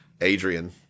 Adrian